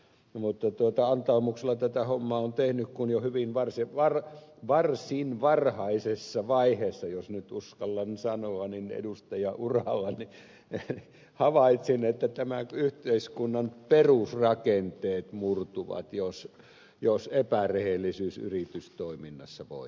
mutta antaumuksella tätä hommaa olen tehnyt kun jo varsin varhaisessa vaiheessa jos nyt uskallan sanoa edustajaurallani havaitsin että nämä yhteiskunnan perusrakenteet murtuvat jos epärehellisyys yritystoiminnassa voittaa